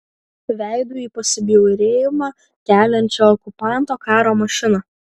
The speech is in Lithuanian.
veidu į pasibjaurėjimą keliančią okupanto karo mašiną